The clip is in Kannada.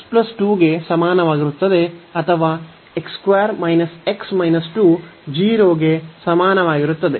x 2 ಗೆ ಸಮಾನವಾಗಿರುತ್ತದೆ ಅಥವಾ x 2 0 ಗೆ ಸಮಾನವಾಗಿರುತ್ತದೆ